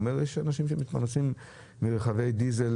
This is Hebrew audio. הוא אומר שיש אנשים שמתפרנסים מרכבי דיזל